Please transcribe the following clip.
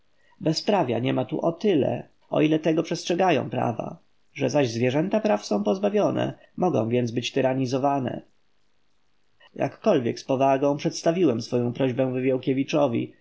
onych bezprawia niema tu o tyle o ile tego przestrzegają prawa że zaś zwierzęta praw są pozbawione mogą więc być tyranizowane jakkolwiek z powagą przedstawiłem swoją prośbę wywiałkiewiczowi